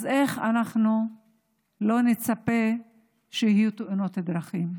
אז איך אנחנו לא נצפה שיהיו תאונות דרכים?